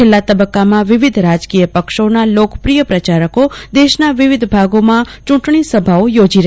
છેલ્લા તબ્બકામાં વિવિધ રાજકીય પક્ષોના લોકપ્રિય પ્રચારકો દેશના વિવિધ ભાગોમાં ચુંટણી સભાઓ યોજી રહ્યા છે